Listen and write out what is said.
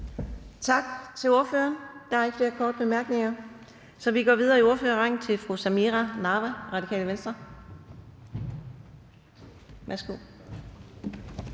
Tak til ordføreren. Der er ikke flere korte bemærkninger, så vi går videre i ordførerrækken til fru Samira Nawa, Radikale Venstre. Værsgo.